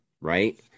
right